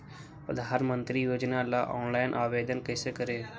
प्रधानमंत्री योजना ला ऑनलाइन आवेदन कैसे करे?